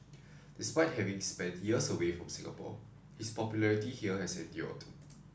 despite having spent years away from Singapore his popularity here has endured